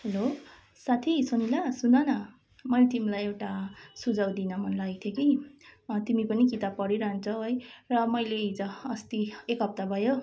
hello साथी सुन ल सुन न मैले तिमीलाई एउटा सुझाउ दिन मनलागेको थियो कि तिमी पनि किताब पढिरहन्छौँ है र मैले हिजोअस्ति एक हप्ता भयो